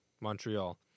Montreal